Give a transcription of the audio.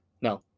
No